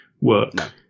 work